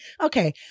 Okay